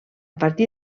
partir